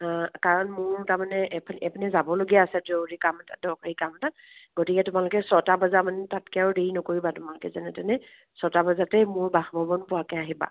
কাৰণ মোৰ তাৰমানে এপিনে যাবলগীয়া আছে জৰুৰী কাম এটাত দৰকাৰী কাম এটাত গতিকে তোমালোকে ছটা বজাতকৈ আৰু তোমালোকে দেৰি নকৰিবা আৰু ছটা বজাতে মোৰ বাসভৱন পোৱাকৈ আহিবা